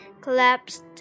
collapsed